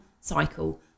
cycle